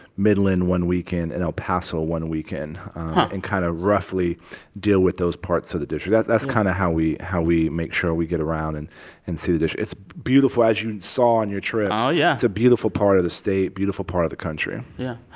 midland one weekend, and el paso one weekend and kind of roughly deal with those parts of the district. that's kind of how we how we make sure we get around and and see the district. it's beautiful, as you saw on your trip oh, yeah it's a beautiful part of the state beautiful part of the country yeah.